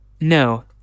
No